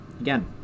Again